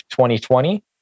2020